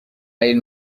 این